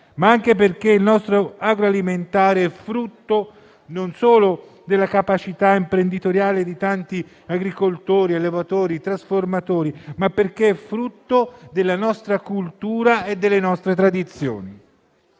ma anche perché il nostro agroalimentare è frutto non solo della capacità imprenditoriale di tanti agricoltori, allevatori e trasformatori, ma anche della nostra cultura e delle nostre tradizioni.